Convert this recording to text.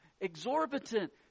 exorbitant